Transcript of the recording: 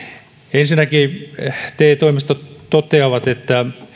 ensinnäkin te toimistot toteavat että